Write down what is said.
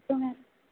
எப்போதுமே